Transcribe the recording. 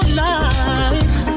life